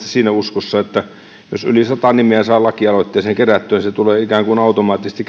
siinä uskossa että jos yli sata nimeä saa lakialoitteeseen kerättyä niin se tulee ikään kuin automaattisesti